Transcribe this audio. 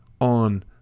on